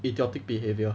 idiotic behaviour